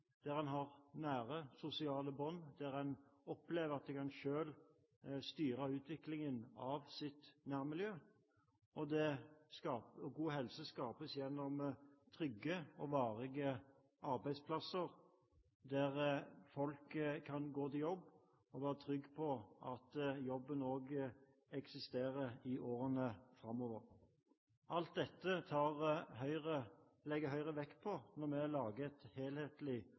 der en har nære sosiale bånd, og der en opplever at en selv kan styre utviklingen av sitt nærmiljø. Og god helse skapes gjennom trygge og varige arbeidsplasser, slik at folk kan gå til jobb og være trygge på at jobben også eksisterer i årene framover. Alt dette legger Høyre vekt på når vi lager et helhetlig